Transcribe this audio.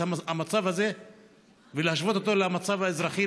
המצב הזה ולהשוות אותו למצב האזרחי,